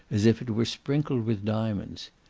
as if it were sprinkled with diamonds.